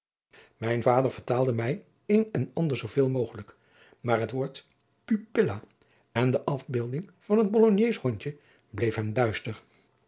mijn vader vertaalde mij een en ander zooveel mogelijk maar het woord pupila en de afbeelding van het bologneesch hondje bleef hem duister